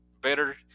better